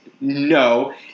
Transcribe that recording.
No